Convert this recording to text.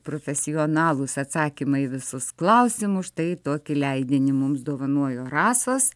profesionalūs atsakymai į visus klausimus štai tokį leidinį mums dovanojo rasos